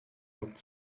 ord